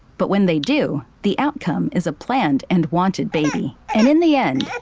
but when they do, the outcome is a planned and wanted baby, and in the end,